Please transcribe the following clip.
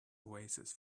oasis